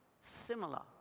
similar